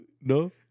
No